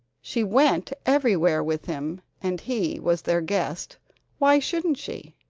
she went everywhere with him, and he was their guest why shouldn't she?